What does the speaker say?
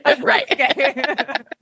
Right